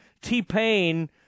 T-Pain